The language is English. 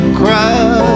cry